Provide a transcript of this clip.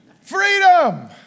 Freedom